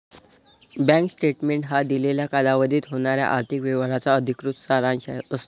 bank statement हा दिलेल्या कालावधीत होणाऱ्या आर्थिक व्यवहारांचा अधिकृत सारांश असतो